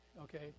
okay